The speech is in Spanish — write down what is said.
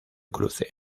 cruce